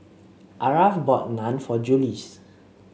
Aarav bought Naan for Juluis